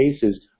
cases